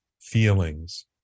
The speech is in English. feelings